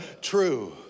true